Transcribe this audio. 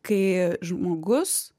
kai žmogus